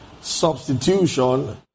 substitution